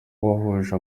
wahuje